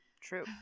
True